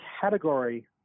category